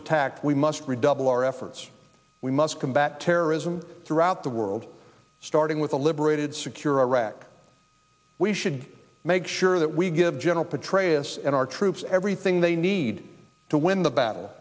attacked we must redouble our efforts we must combat terrorism throughout the world starting with a liberated secure iraq we should make sure that we give general petraeus and our troops everything they need to win the battle